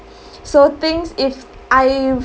so things if I